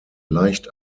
leicht